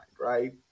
Right